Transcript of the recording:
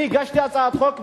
אני הגשתי הצעת חוק,